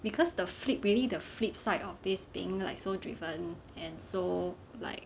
because the flip really the flip side of this being like so driven and so like